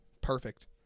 Perfect